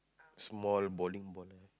small bowling ball there